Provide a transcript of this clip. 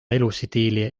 elustiili